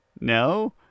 No